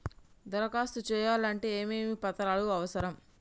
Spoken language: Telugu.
దరఖాస్తు చేయాలంటే ఏమేమి పత్రాలు అవసరం?